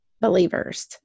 believers